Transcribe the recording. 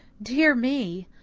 dear me,